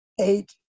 eight